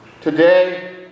Today